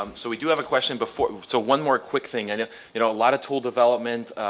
um so we do have a question before, so one more quick thing, and yeah you know a lot of tool development.